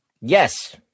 yes